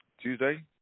Tuesday